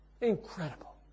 Incredible